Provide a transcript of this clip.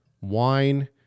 wine